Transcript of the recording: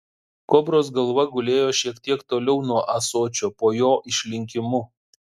kobros galva gulėjo šiek tiek toliau nuo ąsočio po jo išlinkimu